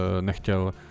nechtěl